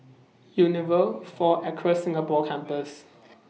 Unilever four Acres Singapore Campus